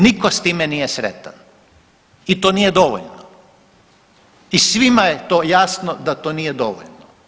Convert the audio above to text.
Niko s time nije sretan i to nije dovoljno i svima je to jasno da to nije dovoljno.